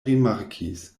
rimarkis